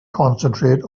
concentrate